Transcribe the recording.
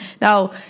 Now